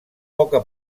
poca